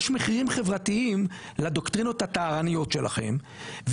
יש מחירים חברתיים לדוקטרינות הטהרניות שלכם,